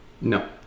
No